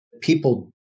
people